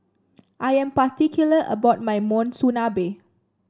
I am particular about my Monsunabe